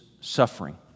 suffering